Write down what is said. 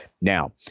Now